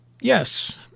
Yes